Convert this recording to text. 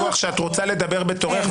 אני בטוח שאת רוצה לדבר בתורך,